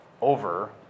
over